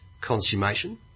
consummation